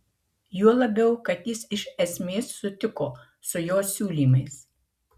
juo labiau kad jis iš esmės sutiko su jo siūlymais